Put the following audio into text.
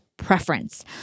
preference